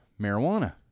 marijuana